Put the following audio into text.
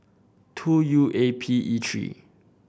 two U A P E three